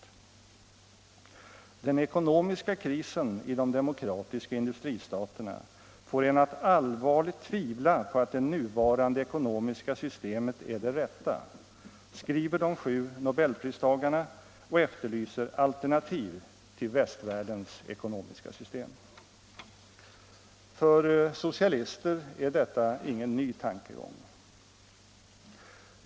Den ekonomiska krisen i de demokratiska industristaterna får en att allvarligt tvivla på att det nuvarande ekonomiska systemet är det rätta”, skriver de sju nobelpristagarna och efterlyser alternativ till västvärldens ekonomiska system. För socialister är detta ingen ny tankegång.